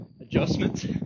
adjustments